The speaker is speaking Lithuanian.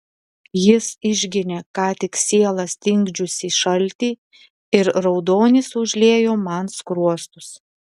jis išginė ką tik sielą stingdžiusį šaltį ir raudonis užliejo man skruostus